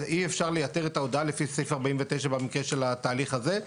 אי אפשר לייתר את ההודעה לפי סעיף 49 במקרה של התהליך הזה?